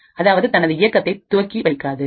அதாவது தனது இயக்கத்தை துவக்கி வைக்காது